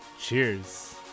Cheers